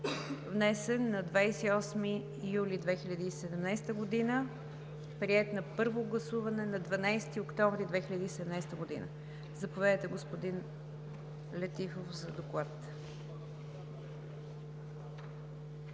внесен на 28 юли 2017 г., приет на първо гласуване на 12 октомври 2017 г. Заповядайте, господин Летифов, за доклад.